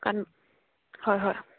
কাৰণ হয় হয়